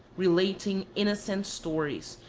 relating innocent stories,